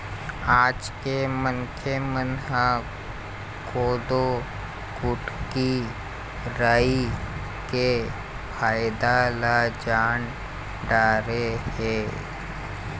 आज के मनखे मन ह कोदो, कुटकी, राई के फायदा ल जान डारे हे